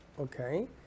okay